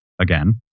again